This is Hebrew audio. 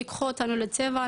ייקחו אותנו לצבע,